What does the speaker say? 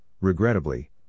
regrettably